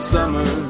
Summer